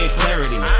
clarity